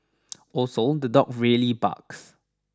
also the dog really barks